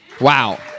Wow